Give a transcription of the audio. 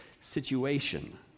situation